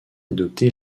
adopté